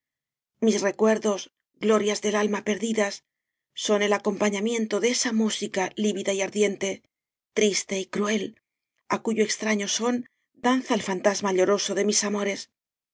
recuer dos glorias del alma perdidas son el acom pañamiento de esa música lívida y ardiente triste y cruel á cuyo extraño son danza el fantasma lloroso de mis amores